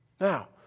Now